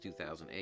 2008